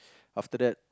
after that